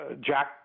Jack